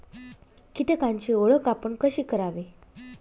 कीटकांची ओळख आपण कशी करावी?